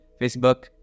Facebook